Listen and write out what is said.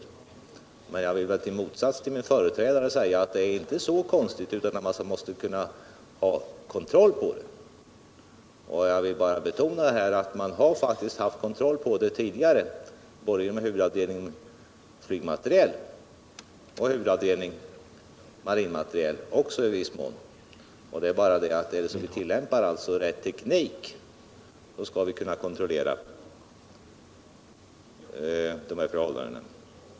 Men i motsats till min företrädare vill jag säga att det inte är så svårt att man inte kan hålla kontroll över det hela. Jag vill betona att man tidigare faktiskt haft kontroll över beställningar både inom huvudavdelningen flygmateriel och i viss mån även inom huvudavdelningen marinmateriel. Tillämpar vi bara rätt teknik, skall vi kunna kontrollera dessa förhållanden.